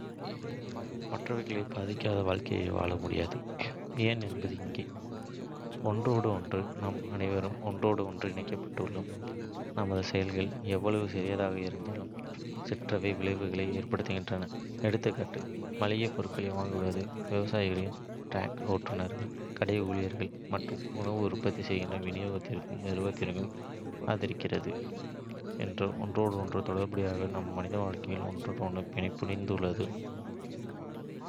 மற்றவர்களை பாதிக்காத வாழ்க்கையை வாழ முடியாது. ஏன் என்பது இங்கே: ஒன்றோடொன்று: நாம் அனைவரும் ஒன்றோடொன்று இணைக்கப்பட்டுள்ளோம். நமது செயல்கள், எவ்வளவு சிறியதாக இருந்தாலும், சிற்றலை விளைவுகளை ஏற்படுத்துகின்றன. எடுத்துக்காட்டு: மளிகைப் பொருட்களை வாங்குவது விவசாயிகள், டிரக் ஓட்டுநர்கள், கடை ஊழியர்கள் மற்றும் உணவை உற்பத்தி செய்து விநியோகிக்கும் நிறுவனங்களை ஆதரிக்கிறது.